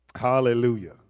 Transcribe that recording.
Hallelujah